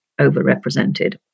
overrepresented